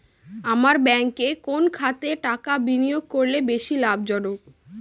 আপনার ব্যাংকে কোন খাতে টাকা বিনিয়োগ করলে বেশি লাভজনক?